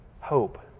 hope